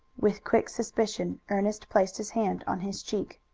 with quick suspicion ernest placed his hand on his cheek.